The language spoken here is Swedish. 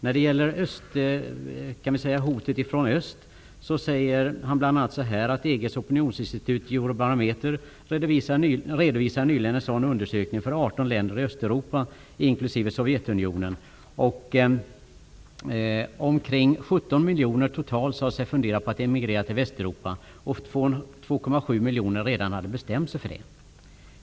När det gäller hotet från öst skriver Gunnar Jervas bl.a.: ''EGs opinionsinstitut ''Eurobarometer'' redovisade nyligen en sådan undersökning för 18 Totalt omkring 17 miljoner sade sig fundera på att emigrera till Västeuropa, och 2,7 miljoner hade redan bestämt sig för det.